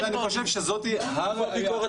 אני חושב שזאת הראיה,